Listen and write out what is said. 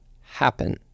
happen